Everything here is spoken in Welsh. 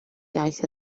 iaith